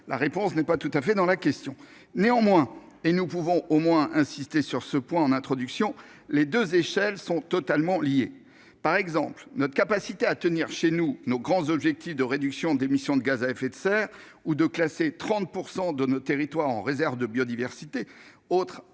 La réponse n'est pas tout à fait dans la question ... Néanmoins- nous pouvons au moins insister sur ce point en introduction -, les deux échelles sont totalement liées. Ainsi, notre capacité à tenir, chez nous, nos grands objectifs de réduction des émissions de gaz à effet de serre, ou à classer 30 % de nos territoires en réserve de biodiversité, autre engagement